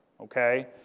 okay